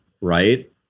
Right